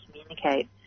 communicate